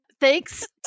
Thanks